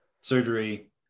Surgery